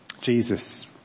Jesus